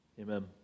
Amen